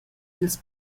dils